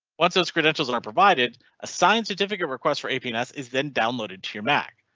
once those credentials are provided assign certificate request for penises, then downloaded to your mac.